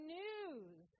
news